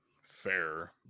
fair